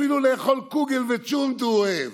אפילו לאכול קוגל וצ'ולנט הוא אוהב.